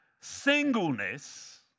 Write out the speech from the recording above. singleness